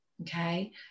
okay